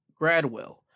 Gradwell